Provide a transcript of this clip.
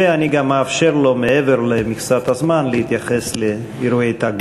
ואני גם אאפשר לו מעבר למכסת הזמן להתייחס לאירועי "תג מחיר".